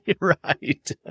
Right